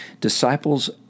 Disciples